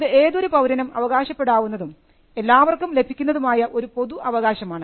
ഇത് ഏതൊരു പൌരനും അവകാശപ്പെടാവുന്നതും എല്ലാവർക്കും ലഭിക്കുന്നതുമായ ഒരു പൊതു അവകാശമാണ്